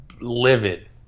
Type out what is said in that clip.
livid